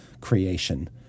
creation